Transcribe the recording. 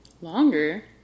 Longer